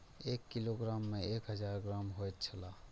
एक किलोग्राम में एक हजार ग्राम होयत छला